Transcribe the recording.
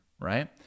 right